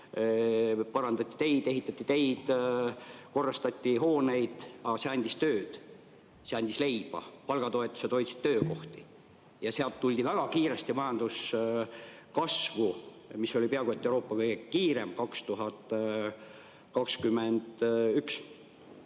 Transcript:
parandati teid, ehitati teid, korrastati hooneid. See andis tööd, see andis leiba. Palgatoetused hoidsid töökohti ja sealt tuldi väga kiiresti majanduskasvu, mis oli peaaegu et Euroopa kiireim aastal 2021.